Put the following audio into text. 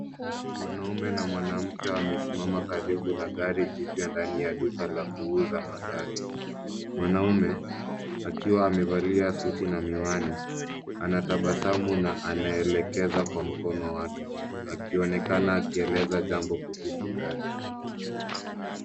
Mwanaume na mwanamke amesimama karibu na gari jipya ndani ya duka la kuuza magari. Mwanaume akiwa amevalia suti na miwani anatabasamu na anaelekeza kwa mkono wake akionekana akieleza jambo kuhusu gari.